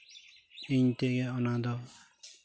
ᱤᱧ ᱛᱮᱜᱮ ᱚᱱᱟᱫᱚ